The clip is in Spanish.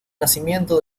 nacimiento